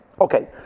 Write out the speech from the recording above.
Okay